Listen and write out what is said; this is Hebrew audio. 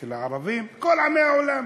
אצל הערבים ובכל עמי העולם.